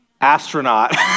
astronaut